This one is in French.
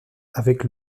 avec